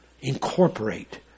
incorporate